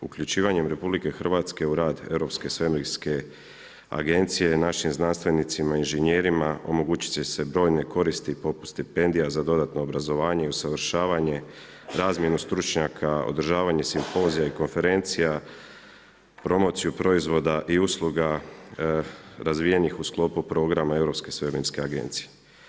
Uključivanjem RH u rad Europske svemirske agencije našim znanstvenicima i inženjerima omogućit će se brojne koristi poput stipendija za dodatno obrazovanje i usavršavanje, razmjenu stručnjaka, odražavanje simpozija i konferencija, promociju proizvoda i usluga razvijenih u sklopu programa Europske svemirske agencije.